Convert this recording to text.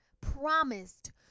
promised